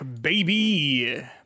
baby